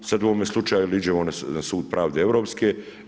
Sad u ovome slučaju jer iđemo na Sud pravde europski.